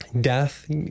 death